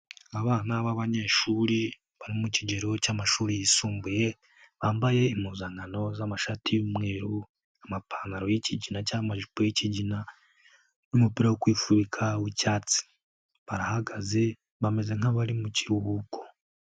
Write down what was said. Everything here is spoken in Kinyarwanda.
Abana b'abanyeshuri bari mu kigero cy'amashuri yisumbuye bambaye impuzankano z'amashati y'umweru, amapantaro y'ikigina cy'amajipo y'ikigina n'umupira wo kwifubika w'icyatsi barahagaze bameze nk'abari mu kiruhuko.